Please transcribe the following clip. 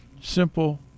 Simple